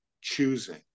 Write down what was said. choosing